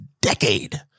decade